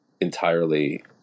entirely